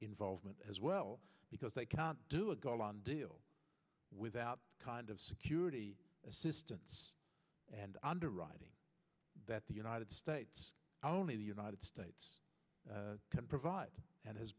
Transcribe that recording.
involvement as well because they can't do it go on deal without kind of security assistance and underwriting that the united states only the united states can provide and has